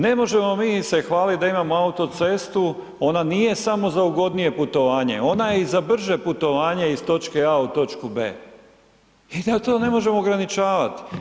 Ne možemo mi se hvaliti da imamo autocestu, ona nije samo za ugodnije putovanje, ona je i za brže putovanje iz točke A u točku B. I zato ne može ograničavati.